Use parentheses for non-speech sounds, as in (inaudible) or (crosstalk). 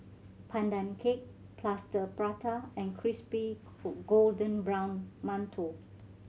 Pandan Cake Plaster Prata and crispy (unintelligible) golden brown mantou